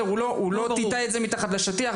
הוא לא טאטא את זה מתחת לשטיח.